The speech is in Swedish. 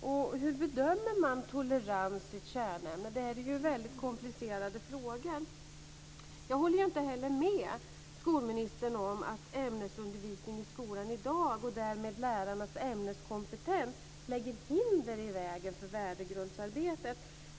Och hur bedömer man tolerans i ett kärnämne? Det här är ju väldigt komplicerade frågor. Jag håller heller inte med skolministern om att ämnesundervisningen i skolan i dag, och därmed lärarnas ämneskompetens, lägger hinder i vägen för värdegrundsarbetet.